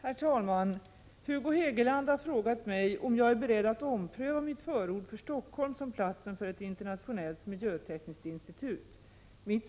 Ärstatsrådet beredd att ompröva sitt förord för Stockholm som platsen för ett internationellt miljötekniskt institut?